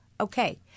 Okay